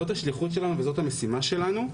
זאת השליחות שלנו וזאת המשימה שלנו,